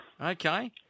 Okay